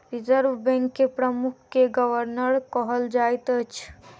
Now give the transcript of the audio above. reserve bank के प्रमुख के गवर्नर कहल जाइत अछि